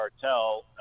cartel